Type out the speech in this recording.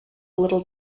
little